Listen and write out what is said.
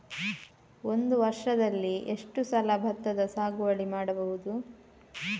ಒಂದು ವರ್ಷದಲ್ಲಿ ಎಷ್ಟು ಸಲ ಭತ್ತದ ಸಾಗುವಳಿ ಮಾಡಬಹುದು?